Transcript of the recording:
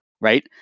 right